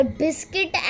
biscuit